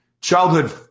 Childhood